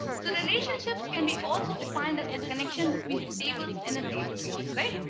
so relationships can be also defined as the connection between the tables in a database right